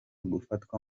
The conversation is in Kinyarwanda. gufatwa